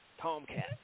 Tomcat